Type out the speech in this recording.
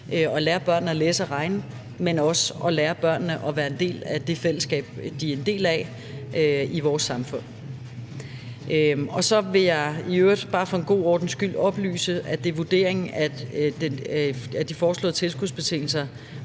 at lære børnene at læse og regne, men også at lære børnene at være en del af det fællesskab, de er en del af i vores samfund. Så vil jeg i øvrigt bare for en god ordens skyld oplyse, at det er vurderingen, at de foreslåede tilskudsbetingelser,